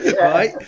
Right